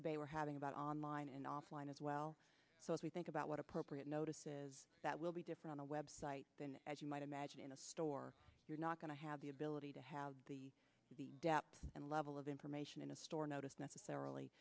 debate we're having about online and offline as well so as we think about what appropriate notices that will be different on a website as you might imagine in a store you're not going to have the ability to have the depth and level of information in a store notice necessarily